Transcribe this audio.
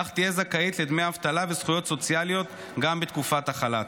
כך תהיה זכאית לדמי אבטלה וזכויות סוציאליות גם בתקופת החל"ת.